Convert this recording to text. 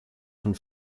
von